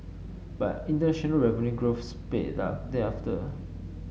but international revenue growth sped up thereafter